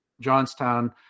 Johnstown